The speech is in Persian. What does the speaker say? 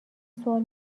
سوال